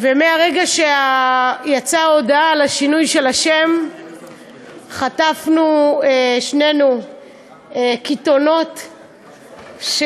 ומרגע שיצאה ההודעה על השינוי של השם חטפנו שנינו קיתונות של,